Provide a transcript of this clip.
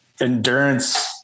endurance